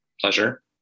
pleasure